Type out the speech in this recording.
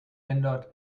ändert